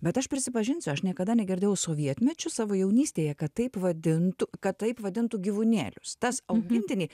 bet aš prisipažinsiu aš niekada negirdėjau sovietmečiu savo jaunystėje kad taip vadintų kad taip vadintų gyvūnėlius tas augintiniai